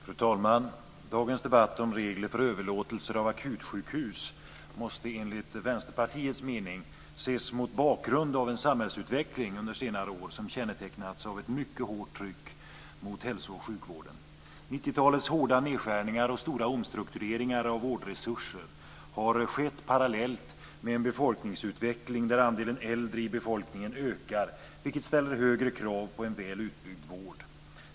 Fru talman! Dagens debatt om regler för överlåtelser av akutsjukhus måste enligt Vänsterpartiets mening ses mot bakgrund av en samhällsutveckling under senare år som kännetecknats av ett mycket hårt tryck mot hälso och sjukvården. 90-talets hårda nedskärningar och stora omstruktureringar av vårdresurser har skett parallellt med en befolkningsutveckling där andelen äldre i befolkningen ökar, vilket ställer högre krav på en väl utbyggd vård.